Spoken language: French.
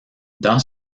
dans